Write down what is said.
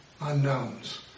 unknowns